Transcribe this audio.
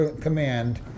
command